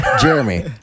Jeremy